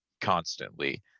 constantly